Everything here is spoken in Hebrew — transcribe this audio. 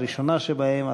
הראשונה שבהן,